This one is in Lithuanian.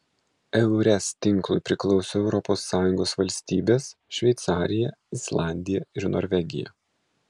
eures tinklui priklauso europos sąjungos valstybės šveicarija islandija ir norvegija